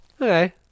okay